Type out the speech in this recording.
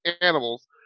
animals